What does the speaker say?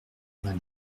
vingt